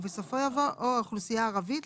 ובסופו יבוא "או האוכלוסיה הערבית,